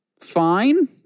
fine